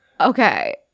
okay